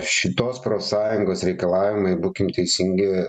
šitos profsąjungos reikalavimai būkim teisingi